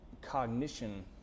cognition